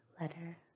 letter